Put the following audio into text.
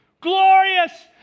Glorious